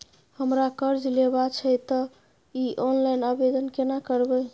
हमरा कर्ज लेबा छै त इ ऑनलाइन आवेदन केना करबै?